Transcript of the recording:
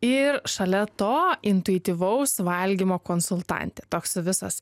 ir šalia to intuityvaus valgymo konsultantė toks visas